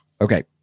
Okay